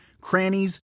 crannies